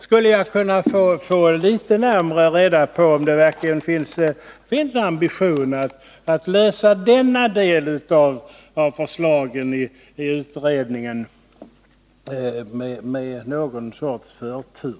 Skulle jag kunna få reda på litet närmare om det verkligen finns ambition att lösa denna del av förslaget i utredningen med någon sorts förtur?